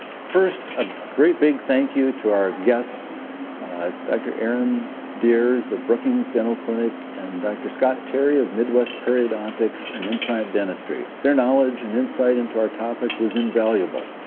first, a great big thank you to our studio guests dr. erin diers of brookings dental clinic and dr. scott terry of midwest periodontics and implant dentistry. their knowledge and insight into our topic was invaluable.